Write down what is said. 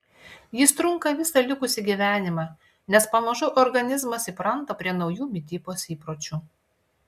jis trunka visą likusį gyvenimą nes pamažu organizmas įpranta prie naujų mitybos įpročių